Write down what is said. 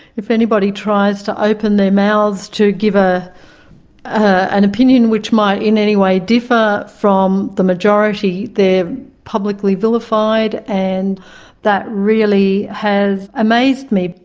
if anybody tries to open their mouths to give ah an opinion which might in any way differ from the majority, they're publicly vilified and that really has amazed me.